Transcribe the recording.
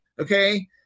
okay